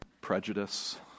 Prejudice